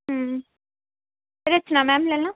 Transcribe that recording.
ਰਚਨਾ ma'am ਲੈ ਲਵਾਂ